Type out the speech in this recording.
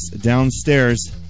downstairs